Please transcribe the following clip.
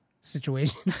situation